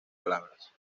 palabras